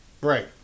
Right